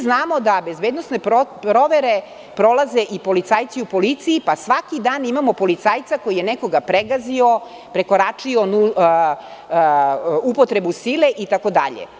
Znamo da bezbednosne provere prolaze i policajci u policiji, pa svaki dan imamo policajca koji je nekoga pregazio, prekoračio upotrebu sile itd.